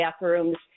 bathrooms